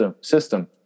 system